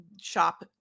shop